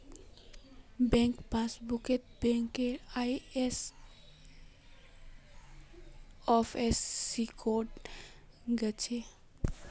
bank पासबुकत बैंकेर IFSC code हछे